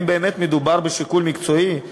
האם באמת מדובר בשיקול מקצועי?